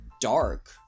dark